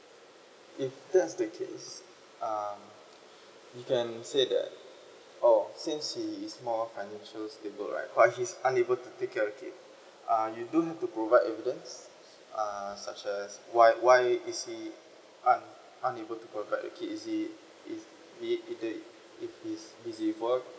if that's the case uh you can say that oh since he is more financial stable right but he's unable to take care a kid uh you do have to provide evidence uh such as why why is he un~ unable to provide the kid is he is he didn't it his busy work